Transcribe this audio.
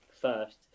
first